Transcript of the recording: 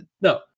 no